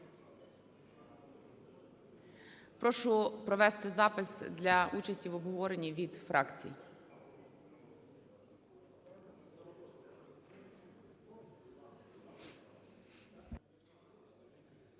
Прошу провести запис для участі в обговоренні від фракцій.